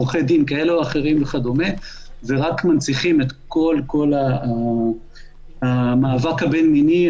עורכי דין כאלה או אחרים וכדו' ורק מנציחים את כל המאבק הבין-מיני,